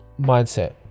mindset